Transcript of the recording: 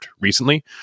recently